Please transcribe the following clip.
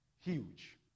Huge